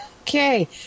Okay